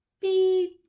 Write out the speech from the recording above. beep